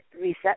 reset